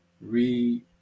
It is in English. read